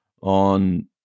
on